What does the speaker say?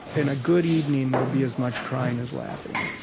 in a good evening, there will be as much crying as laughing,